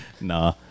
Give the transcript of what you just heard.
Nah